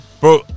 Bro